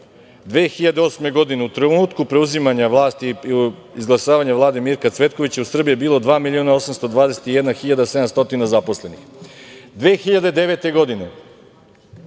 2008. godine, u trenutku preuzimanja vlasti i izglasavanja Vlade Mirka Cvetkovića u Srbiji je bilo 2.821.700 zaposlenih, 2009. godine